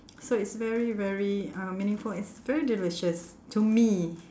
so it's very very uh meaningful and it's very delicious to me